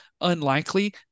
unlikely –